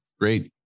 great